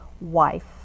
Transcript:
wife